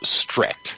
strict